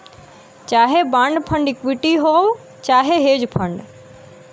चाहे bond fund equity हौ चाहे हेज फ़ंड